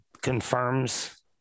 confirms